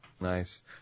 Nice